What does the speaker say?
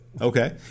Okay